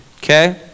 okay